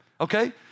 Okay